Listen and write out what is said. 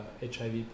HIV